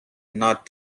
not